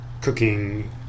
cooking